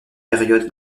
période